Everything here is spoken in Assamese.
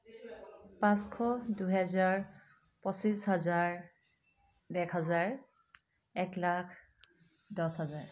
পাঁচশ দুহেজাৰ পঁচিছ হাজাৰ এক হাজাৰ এক লাখ দহ হাজাৰ